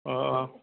অ' অ'